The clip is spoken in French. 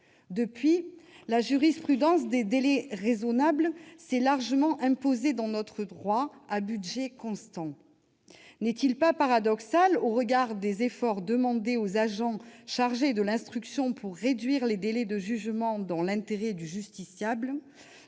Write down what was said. Depuis lors, la jurisprudence des « délais raisonnables » s'est largement imposée dans notre droit, à budget constant. N'est-il pas paradoxal, au regard des efforts demandés aux agents chargés de l'instruction pour réduire les délais de jugement dans l'intérêt du justiciable,